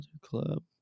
club